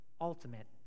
ultimate